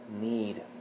need